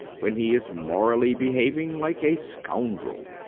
when he is morally behaving like a scoundrel.